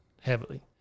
heavily